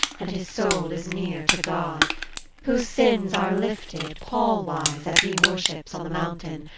and his soul is near to god whose sins are lifted, pall-wise, as he worships on the mountain,